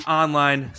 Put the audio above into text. online